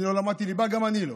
אני לא למדתי ליבה, גם אני לא,